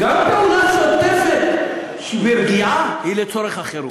גם פעולה שוטפת שהיא ברגיעה היא לצורך החירום.